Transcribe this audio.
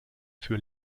für